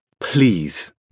Please